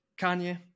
Kanye